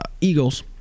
Eagles